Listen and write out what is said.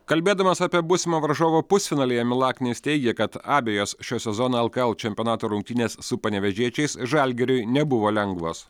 kalbėdamas apie būsimą varžovą pusfinalyje milaknis teigė kad abejos šio sezono lkl čempionato rungtynės su panevėžiečiais žalgiriui nebuvo lengvos